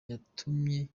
watumye